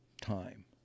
time